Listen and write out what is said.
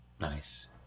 nice